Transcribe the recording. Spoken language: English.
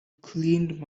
cleaned